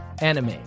anime